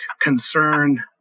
concern